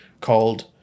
called